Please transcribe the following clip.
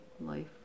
life